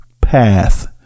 path